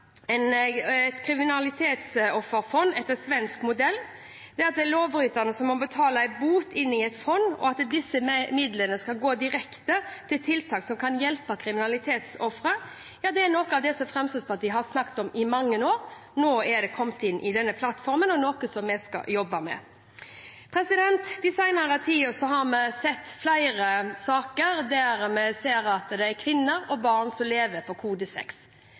utrede et kriminalitetsofferfond etter svensk modell, der det er lovbryterne som må betale en bot inn til et fond, og at disse midlene skal gå direkte til tiltak som kan hjelpe kriminalitetsofre, er noe av det Fremskrittspartiet har snakket om i mange år. Nå er det kommet inn i denne plattformen og er noe som vi skal jobbe med. I den senere tid har vi sett flere saker der kvinner og barn lever på